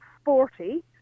sporty